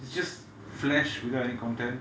it's just flash without any content